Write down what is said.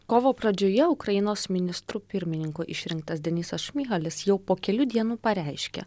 kovo pradžioje ukrainos ministru pirmininku išrinktas denisas šmyhalis jau po kelių dienų pareiškė